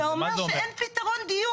זה אומר שאין פתרון דיור.